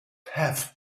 have